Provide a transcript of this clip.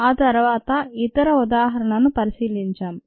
ఆ తర్వాత ఇతర ఉదాహరణలను పరిశీలించాం